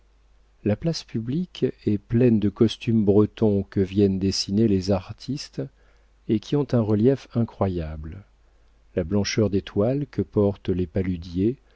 la place publique est pleine de costumes bretons que viennent dessiner les artistes et qui ont un relief incroyable la blancheur des toiles que portent les paludiers